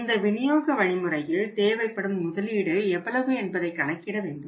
இந்த விநியோக வழிமுறையில் தேவைப்படும் முதலீடு எவ்வளவு என்பதை கணக்கிட வேண்டும்